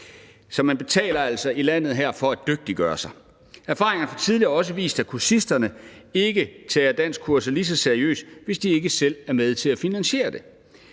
Man betaler altså her i landet for at dygtiggøre sig. Erfaringer fra tidligere har også vist, at kursisterne ikke tager danskkurset lige så seriøst, hvis de ikke selv er med til at finansiere det.